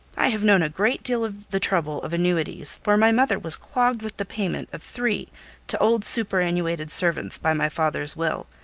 i have known a great deal of the trouble of annuities for my mother was clogged with the payment of three to old superannuated servants by my father's will,